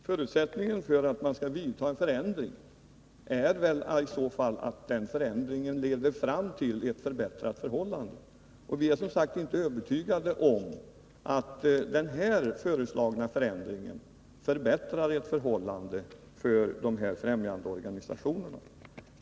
Fru talman! Förutsättningen för att man skall göra en förändring är väl att den förändringen leder fram till ett förbättrat förhållande. Vi är som sagt inte övertygade om att den här föreslagna förändringen förbättrar ett förhållande för dessa främjandeorganisationer.